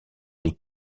les